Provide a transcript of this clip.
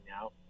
now